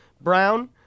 Brown